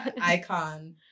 icon